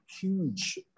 huge